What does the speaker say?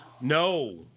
No